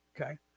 Okay